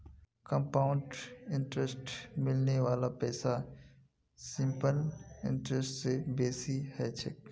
compound इंटरेस्टत मिलने वाला पैसा सिंपल इंटरेस्ट स बेसी ह छेक